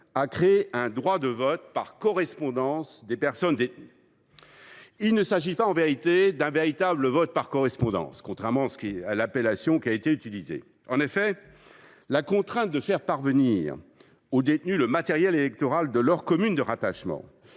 a créé un droit de vote par correspondance des personnes détenues. En vérité, il ne s’agit pas d’un véritable vote par correspondance, contrairement à ce que l’on a dit. En effet, la contrainte de faire parvenir aux détenus le matériel électoral de leur commune de rattachement,